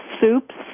soups